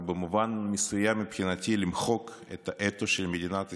מבחינתי זה במובן מסוים למחוק את האתוס של מדינת ישראל,